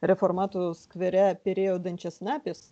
reformatų skvere perėjo dančiasnapis